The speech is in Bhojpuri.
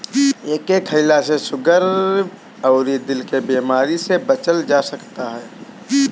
एके खईला से सुगर अउरी दिल के बेमारी से बचल जा सकता